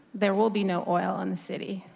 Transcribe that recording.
there will be no oil in the city,